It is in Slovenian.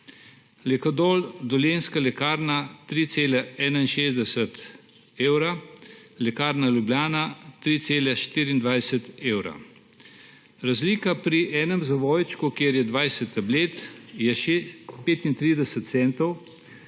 Lekadol, Dolenjska lekarna: 3,61 €, Lekarna Ljubljana: 3,24 €. Razlika pri enem zavojčku, kjer je 20 tablet, je 35 centov,